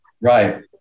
Right